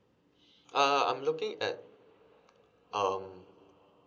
uh I'm looking at um